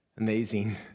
amazing